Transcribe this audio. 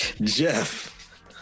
Jeff